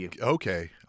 okay